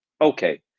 Okay